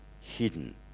hidden